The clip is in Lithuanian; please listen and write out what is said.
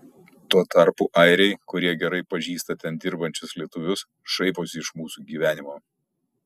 tuo tarpu airiai kurie gerai pažįsta ten dirbančius lietuvius šaiposi iš mūsų gyvenimo